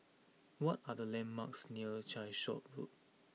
what are the landmarks near Calshot Road